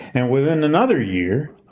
and within another year,